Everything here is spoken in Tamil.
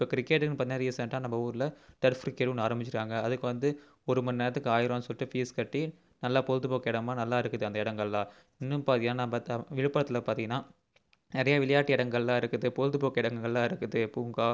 இப்போது கிரிக்கெட்டுனு பார்த்திங்கன்னா ரீசென்டாக நம் ஊரில் டர்ஃப் க்ரிகேட்னு ஒன்று ஆரமிச்சுருக்காங்க அதுக்கு வந்து ஒரு மணிநேரத்துக்கு ஆயிரம்னு சொல்லிட்டு ஃபீஸ் கட்டி நல்லா பொழுதுபோக்கு இடமாக நல்லா இருக்குது அந்த இடங்கள்லாம் இன்னும் பாதியான பார்த்தா விழுப்புரத்தில் பார்த்திங்கன்னா நிறையா விளையாட்டு இடங்களெலாம் இருக்குது பொழுதுபோக்கு இடங்களெலாம் இருக்குது பூங்கா